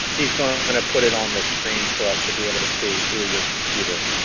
he's going to and put it on the screen for us to be able to see through your computer.